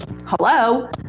hello